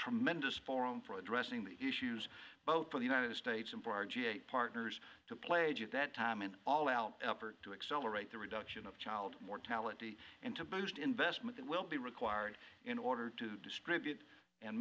tremendous forum for addressing these issues both for the united states and for our g eight partners to play just that time in all out effort to accelerate the reduction of child mortality and to boost investment that will be required in order to distribute